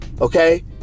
Okay